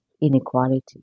inequality